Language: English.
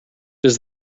does